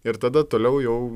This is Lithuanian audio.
ir tada toliau jau